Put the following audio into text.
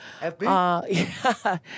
FB